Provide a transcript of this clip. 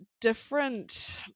different –